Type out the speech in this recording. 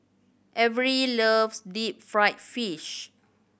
Averie loves deep fried fish